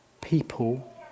people